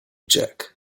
jack